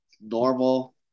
normal